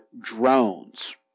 drones